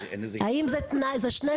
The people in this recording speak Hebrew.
האם זה שני תנים?